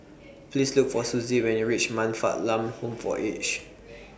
Please Look For Suzy when YOU REACH Man Fatt Lam Home For Aged